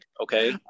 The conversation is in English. okay